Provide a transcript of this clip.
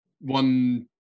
one